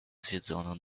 zjedzono